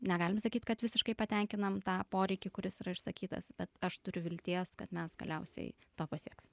negalim sakyt kad visiškai patenkinam tą poreikį kuris yra išsakytas bet aš turiu vilties kad mes galiausiai to pasieks